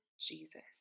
Jesus